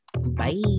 Bye